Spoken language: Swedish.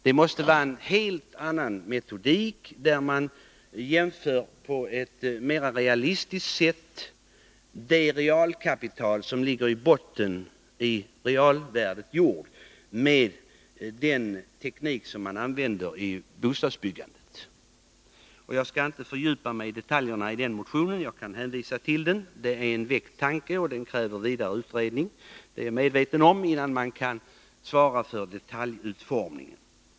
Det måste till en helt annan metodik, där man på ett mer realistiskt sätt värdesätter det realkapital som ligger i botten — jorden. Man kan jämföra med den teknik som används vid bostadsbyggande. Jag skall inte fördjupa migi detaljerna i denna motion, utan hänvisar bara till den. Tanken är väckt, men jag vet att förslaget kräver vidare utredning innan man kan påbörja detaljutformningen.